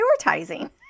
prioritizing